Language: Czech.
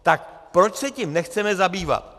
Tak proč se tím nechceme zabývat?